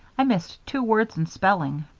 i missed two words in spelling.